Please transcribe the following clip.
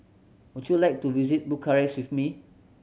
would you like to visit Bucharest with me